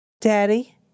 Daddy